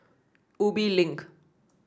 Ubi Link